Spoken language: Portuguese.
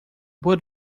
boa